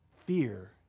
Fear